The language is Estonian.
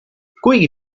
kuigi